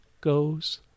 goes